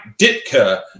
Ditka